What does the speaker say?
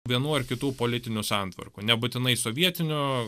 vienų ar kitų politinių santvarkų nebūtinai sovietinio